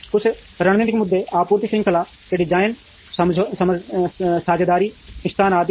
कुछ रणनीतिक मुद्दे आपूर्ति श्रृंखला के डिजाइन साझेदारी स्थान आदि हैं